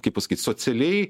kaip pasakyt socialiai